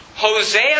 Hosea